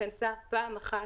התכנסה פעם אחת.